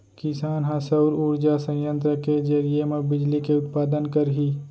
किसान ह सउर उरजा संयत्र के जरिए म बिजली के उत्पादन करही